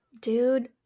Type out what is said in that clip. Dude